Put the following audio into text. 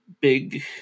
big